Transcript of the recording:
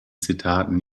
zitaten